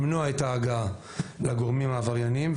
למנוע את ההגעה לגורמים העברייניים,